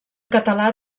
català